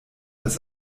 dass